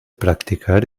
practicar